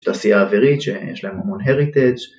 תעשייה האווירית שיש להם המון heritage